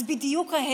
אז בדיוק ההפך.